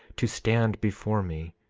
to stand before me,